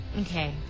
Okay